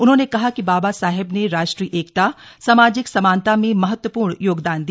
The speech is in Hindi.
उन्होंने कहा कि बाबा साहेब ने राष्ट्रीय एकता सामाजिक समानता में महत्वपूर्ण योगदान दिया